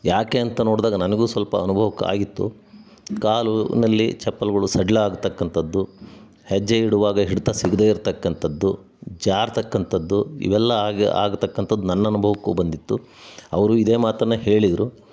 ಯಾಕೆ ಅಂತ ನೋಡ್ದಾಗ ನನಗೂ ಸ್ವಲ್ಪ ಅನುಭವಕ್ಕಾಗಿತ್ತು ಕಾಲಿನಲ್ಲಿ ಚಪ್ಪಲಿಗಳು ಸಡಿಲ ಆಗತಕ್ಕಂಥದ್ದು ಹೆಜ್ಜೆ ಇಡುವಾಗ ಹಿಡಿತ ಸಿಗದೇ ಇರತಕ್ಕಂಥದ್ದು ಜಾರತಕ್ಕಂಥದ್ದು ಇವೆಲ್ಲ ಆಗಿ ಆಗ್ತಕ್ಕಂಥದ್ದು ನನ್ನ ಅನುಭವಕ್ಕೂ ಬಂದಿತ್ತು ಅವರೂ ಇದೇ ಮಾತನ್ನು ಹೇಳಿದರು